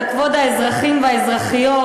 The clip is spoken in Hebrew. על כבוד האזרחים והאזרחיות.